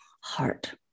heart